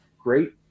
great